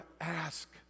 ask